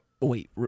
Wait